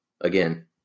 Again